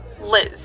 Liz